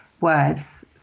words